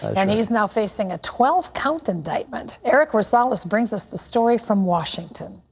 and he is now facing a twelve count indictment. eric gonzales brings us this story from washington.